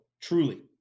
truly